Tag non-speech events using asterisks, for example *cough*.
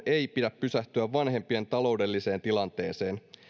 *unintelligible* ei pidä pysähtyä vanhempien taloudelliseen tilanteeseen